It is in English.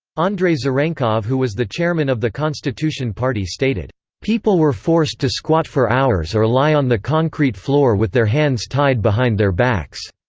andrei zarenkov who was the chairman of the constitution party stated people were forced to squat for hours or lie on the concrete floor with their hands tied behind their backs.